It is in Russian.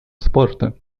спорта